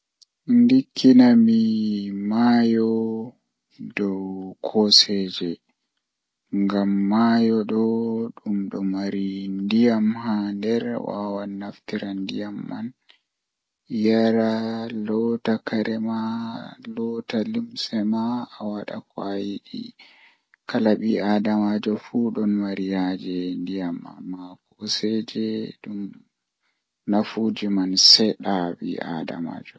Ndikkinami maayo dow kooseeje ngam maayo do don mari ndiyam haa nbder jei awawata yarugo ndiyamman yara loota loota limsema awada ko ayidi kala bi adamaajo fu don mai haaje ndiyam amma kooseje nafu maajum sedda